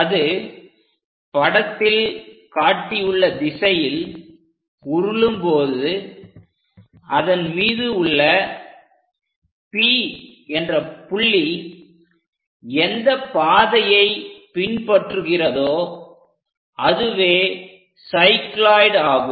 அது படத்தில் காட்டியுள்ள திசையில் உருளும் பொழுது அதன் மீது உள்ள P என்ற புள்ளி எந்த பாதையை பின்பற்றுகிறதோ அதுவே சைக்ளோயிட் ஆகும்